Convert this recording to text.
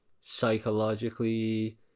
psychologically